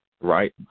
right